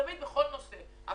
אתה